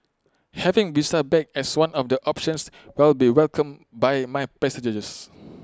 having visa back as one of the options will be welcomed by my passengers